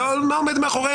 לא מה עומד מאחורי,